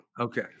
Okay